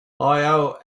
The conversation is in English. owe